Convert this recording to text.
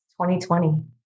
2020